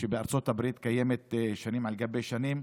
שבארצות הברית קיימת שנים על גבי שנים,